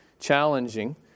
challenging